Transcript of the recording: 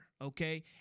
okay